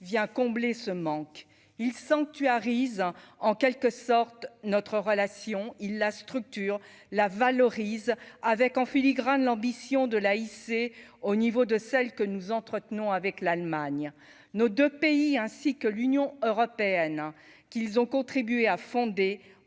vient combler ce manque, il sanctuarise en quelque sorte notre relation, il la structure la valorise avec en filigrane l'ambition de la hisser au niveau de celles que nous entretenons avec l'Allemagne, nos 2 pays, ainsi que l'Union européenne qu'ils ont contribué à fonder